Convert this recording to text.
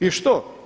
I što?